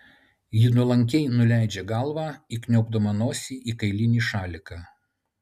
ji nuolankiai nuleidžia galvą įkniaubdama nosį į kailinį šaliką